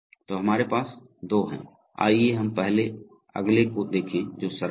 तो हमारे पास दो हैं आइए हम पहले अगले को देखें जो सरल है